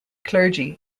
clergy